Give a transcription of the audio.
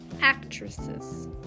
actresses